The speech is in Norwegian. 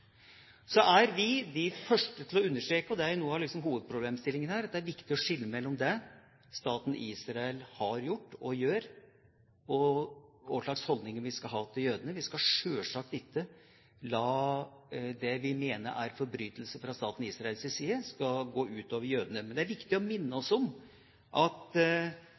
Så er vi de første til å understreke – det er noe av det som er hovedproblemstillingen her – at det er viktig å skille mellom det staten Israel har gjort og gjør, og hva slags holdninger vi skal ha til jødene. Vi skal sjølsagt ikke la det vi mener er forbrytelser fra staten Israels side, gå ut over jødene. Men det er viktig å minne oss om at